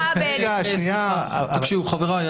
חבריי,